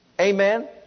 Amen